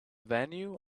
venue